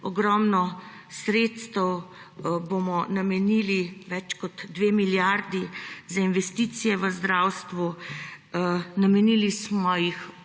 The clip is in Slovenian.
ogromno sredstev bomo namenili, več kot 2 milijardi, za investicije v zdravstvu. Namenili smo jih